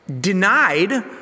denied